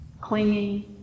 clinging